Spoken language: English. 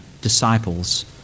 disciples